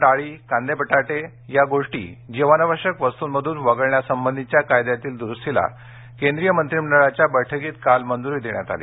डाळी कांदे बटाटे या गोष्टी जीवनावश्यक वस्तूंमधून वगळण्यासंबंधीच्या कायद्यातील दुरुस्तीला केंद्रीय मंत्रिमंडळाच्या बैठकीत काल मंजुरी देण्यात आली